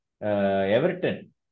Everton